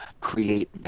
create